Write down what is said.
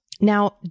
Now